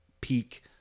peak